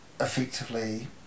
effectively